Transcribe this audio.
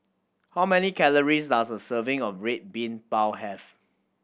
how many calories does a serving of Red Bean Bao have